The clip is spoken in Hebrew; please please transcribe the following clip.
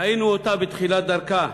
ראינו אותה בתחילת דרכה,